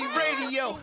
radio